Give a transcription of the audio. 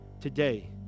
Today